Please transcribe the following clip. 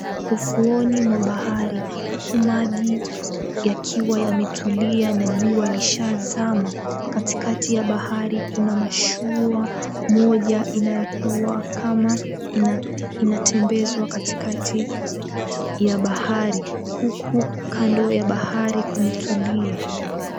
Ufuoni mwa bahari huku maji yakiwa yametulia na jua lishazama. Katikati ya bahari kuna mashua moja inayokuwa kama inatembezwa katikati ya bahari, huku kando ya bahari kumetulia.